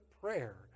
prayer